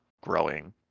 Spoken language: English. growing